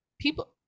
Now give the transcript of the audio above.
people